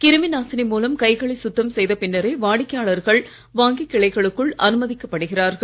கிருமி நாசினி மூலம் கைகளை சுத்தம் செய்த பின்னரே வாடிக்கையாளர்கள் வங்கி கிளைகளுக்குள் அனுமதிக்க படுகிறார்கள்